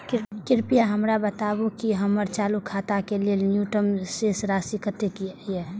कृपया हमरा बताबू कि हमर चालू खाता के लेल न्यूनतम शेष राशि कतेक या